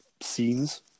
scenes